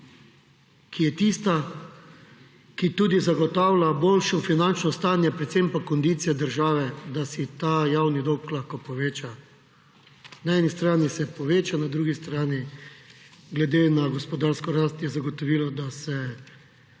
ki je tista, ki tudi zagotavlja boljše finančno stanje predvsem pa kondicija države, da si ta javni dolg lahko poveča. Na eni strani se poveča na drugi strani glede na gospodarsko rast je zagotovilo, da se